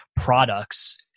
products